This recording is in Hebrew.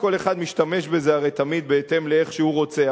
הרי כל אחד משתמש בזה תמיד בהתאם למה שהוא רוצה,